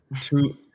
Two